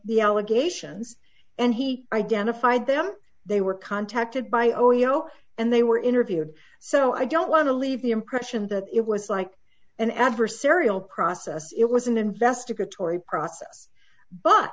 the allegations and he identified them they were contacted by ojo and they were interviewed so i don't want to leave the impression that it was like an adversarial process it was an investigatory process but